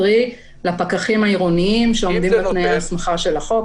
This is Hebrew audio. קרי: לפקחים העירוניים שעומדים בתנאי ההסמכה של החוק,